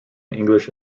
english